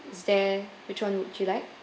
is there which one would you like